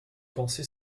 pensé